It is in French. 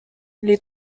les